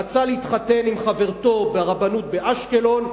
רצה להתחתן עם חברתו ברבנות באשקלון,